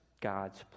God's